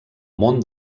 món